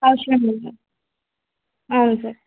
వచ్చినట్టు ఉన్నారు అవును సార్